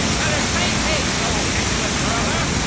let us make haste. oh, excellent brother!